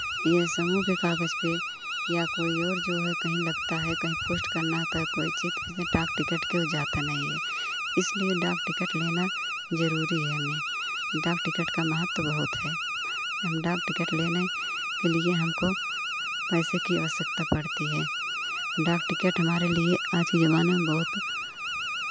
ये समूह के कागज़ पे या कोई और जो है कहीं लगता है कहीं पोस्ट करना होता है कोई चित डाक टिकट के वो जाता नहीं है इसलिए डाक टिकट लेना ज़रूरी है हमें डाक टिकट का महत्व बहुत है जे हम डाक टिकट लेने के लिए हमको पैसे की आवश्यकता पड़ती है डाक टिकट हमारे लिए आज के ज़माने बहुत